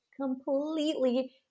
completely